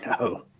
no